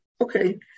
okay